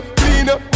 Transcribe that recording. cleaner